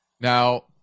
Now